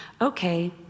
okay